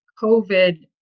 COVID